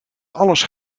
alles